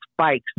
spikes